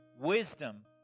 Wisdom